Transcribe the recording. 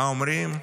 מה אומרים?